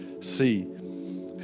see